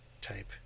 type